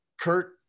Kurt